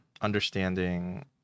understanding